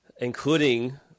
including